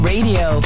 Radio